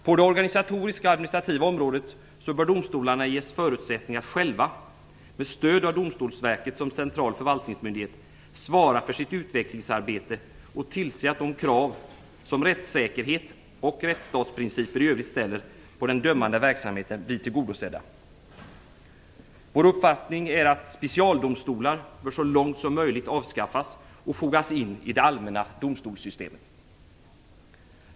På det organisatoriska och administrativa området bör domstolarna ges förutsättningar att själva, med stöd av Domstolsverket som central förvaltningsmyndighet, svara för sitt utvecklingsarbete och tillse att de krav som rättssäkerhet och rättsstatsprinciper i övrigt ställer på den dömande verksamheten blir tillgodosedda. Vår uppfattning är att specialdomstolar bör så långt som möjligt avskaffas och deras uppgifter fogas in i det allmänna domstolssystemet.